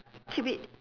keep it